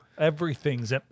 Everything's